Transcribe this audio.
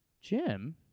Jim